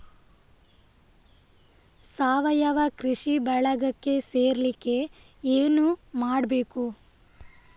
ಸಾವಯವ ಕೃಷಿ ಬಳಗಕ್ಕೆ ಸೇರ್ಲಿಕ್ಕೆ ಏನು ಮಾಡ್ಬೇಕು?